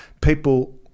people